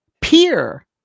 peer